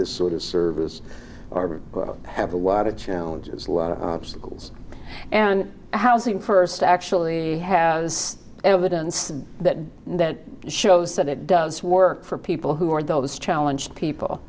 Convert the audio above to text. this sort of service are have a lot of challenges lot of obstacles and housing first actually has evidence that that shows that it does work for people who are though this challenge people